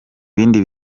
ibindi